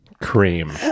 Cream